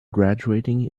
graduating